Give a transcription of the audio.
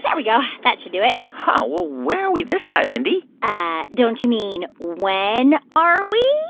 yeah we go. that should do it ah well, where are we this time, mindy? ah don't you mean when are we?